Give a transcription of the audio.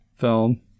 Film